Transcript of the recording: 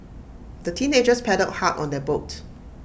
the teenagers paddled hard on their boat